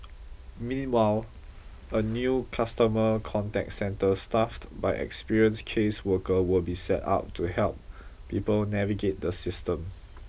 meanwhile a new customer contact centre staffed by experienced caseworker will be set up to help people navigate the system